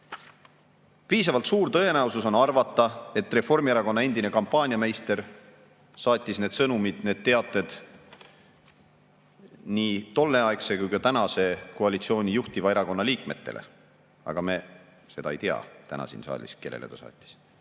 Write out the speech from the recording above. Piisavalt suur tõenäosus on arvata, et Reformierakonna endine kampaaniameister saatis need sõnumid, need teated nii tolleaegse kui ka tänase koalitsiooni juhtiva erakonna liikmetele. Aga me seda ei tea täna siin saalis, kellele ta saatis.